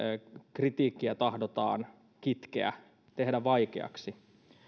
kritiikkiä tahdotaan kitkeä tehdä vaikeaksi